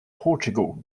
portugal